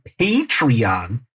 Patreon